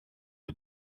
all